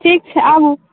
ठीक छै आबू